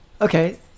okay